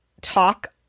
talk